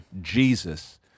Jesus